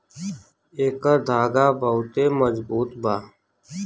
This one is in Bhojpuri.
एकर धागा बहुते मजबूत बा